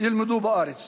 ילמדו בארץ.